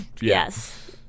Yes